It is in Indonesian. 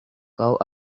kau